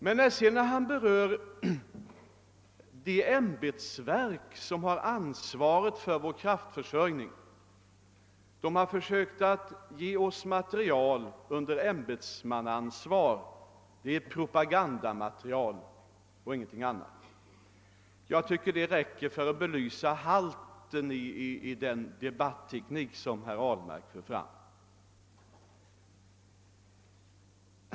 Men när herr Ahlmark sedan talar om det ämbetsverk som har ansvaret för vår kraftförsörjning och som under ämbetsmannaansvar har försett oss med material ja, då är det bara propagandamaterial, ingenting annat. Jag tycker att det räcker för att belysa halten i den debatteknik som herr Ahlmark använder.